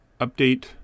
update